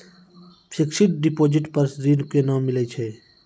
Fixed deposit पर ऋण केना मिलै छै?